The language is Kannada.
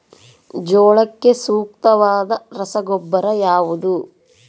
ಜೋಳಕ್ಕೆ ಸೂಕ್ತವಾದ ರಸಗೊಬ್ಬರ ಯಾವುದು?